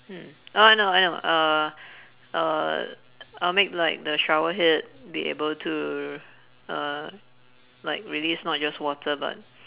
hmm oh I know I know uh uh I'll make like the shower head be able to uh like release not just water but